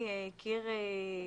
איך אתם מתייחסים לזה?